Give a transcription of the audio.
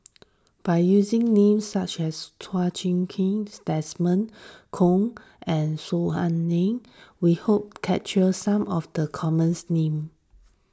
by using names such as Chua Chim Kang Desmond Kon and Saw Ang we hope capture some of the common names